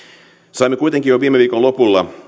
saimme kuitenkin jo viime viikon lopulla